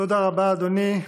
תודה רבה, אדוני.